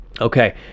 Okay